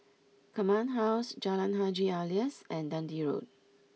Command House Jalan Haji Alias and Dundee Road